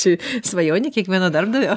čia svajonė kiekvieno darbdavio